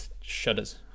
shudders